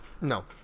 no